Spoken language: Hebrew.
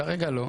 כרגע לא.